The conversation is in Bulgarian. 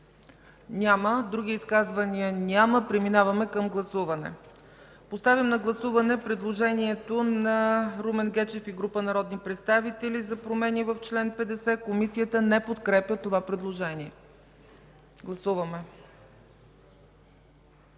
Няма. Други изказвания? Няма. Преминаваме към гласуване. Поставям на гласуване предложението на Румен Гечев и група народни представители за промени в чл. 50 – Комисията не подкрепя това предложение. Гласували